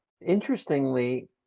interestingly